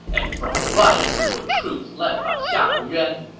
and from the right were troops led by xiahou yuan.